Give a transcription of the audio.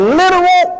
literal